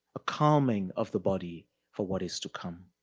a calming of the body for what is to come,